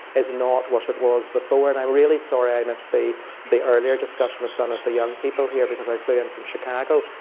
is not what it was before, and i'm really sorry i missed the the earlier discussion with some of the young people here, because i flew in from chicago,